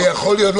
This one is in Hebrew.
לא.